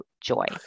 joy